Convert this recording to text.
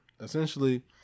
essentially